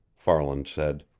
farland said.